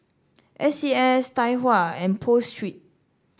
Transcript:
S C S Tai Hua and Pho Street